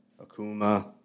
Akuma